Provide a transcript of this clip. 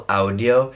audio